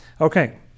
Okay